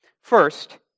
First